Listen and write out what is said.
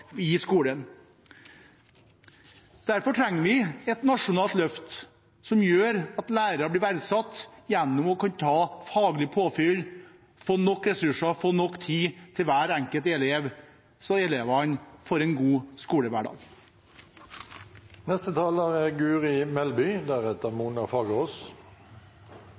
i skolen. Derfor trenger vi et nasjonalt løft som gjør at lærere blir verdsatt gjennom å kunne ta faglig påfyll, få nok ressurser, få nok tid til hver enkelt elev, så elevene får en god skolehverdag. Vi må erkjenne at lærermangelen er